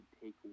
take